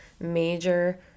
major